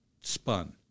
spun